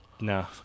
No